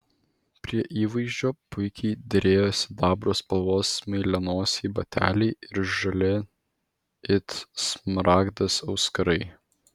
prie įvaizdžio puikiai derėjo sidabro spalvos smailianosiai bateliai ir žali it smaragdas auskarai